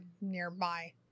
nearby